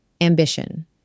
ambition